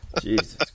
Jesus